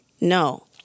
No